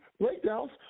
breakdowns